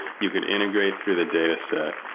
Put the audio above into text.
you could integrate through the dataset.